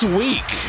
week